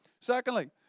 Secondly